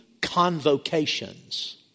convocations